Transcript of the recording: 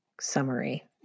summary